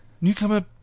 Newcomer